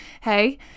Hey